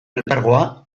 elkargoa